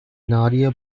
nadia